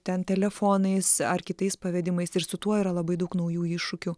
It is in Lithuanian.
ten telefonais ar kitais pavedimais ir su tuo yra labai daug naujų iššūkių